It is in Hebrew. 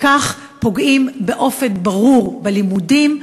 בכך פוגעים באופן ברור בלימודים,